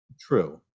true